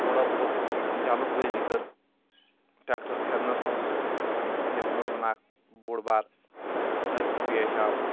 تھوڑا بہت جَلٕدبٲزی کٕر ٹرٮ۪کٹَر پھِرنَس منٛز یَتھ منٛز زَن اَکھ بوٚڈ بار حٲدۍسہٕ پیش آو